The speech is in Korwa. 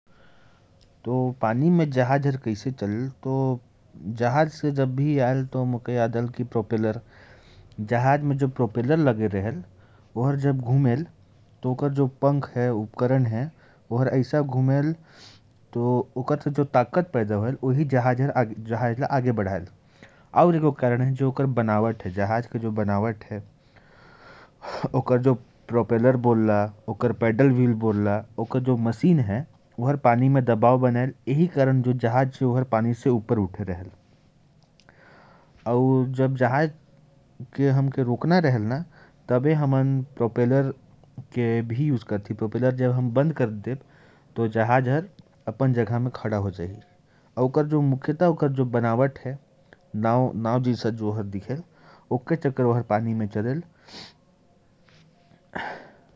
पानी में जहाज कैसे चलता है? उसमें प्रोपेलर, पैडल व्हील, और उसका बावरी है, जिसके कारण वह पानी में चलता है। उसमें जो प्रोपेलर होता है, वही घूमता है, और इसी कारण पानी में जहाज चलता है।